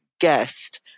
guest